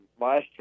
Last